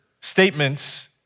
statements